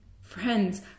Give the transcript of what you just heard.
Friends